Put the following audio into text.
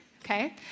okay